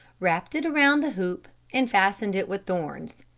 wrapped it around the hoop and fastened it with thorns.